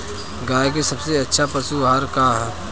गाय के सबसे अच्छा पशु आहार का ह?